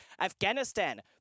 Afghanistan